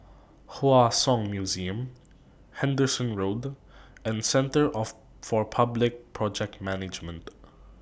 Hua Song Museum Henderson Road and Centre For Public Project Management